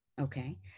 Okay